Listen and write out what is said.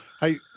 Hey